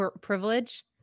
privilege